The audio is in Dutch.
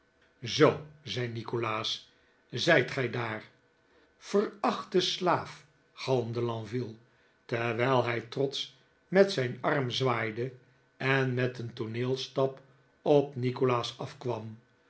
lenzoo zei nikolaas zijt gij daar verachte slaaf galmde lenville terwijl hij trotsch met zijn arm zwaaide en met een tooneelstap op nikolaas afkwarn